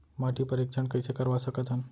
माटी परीक्षण कइसे करवा सकत हन?